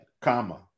comma